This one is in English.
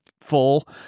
full